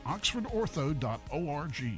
OxfordOrtho.org